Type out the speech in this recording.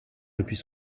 depuis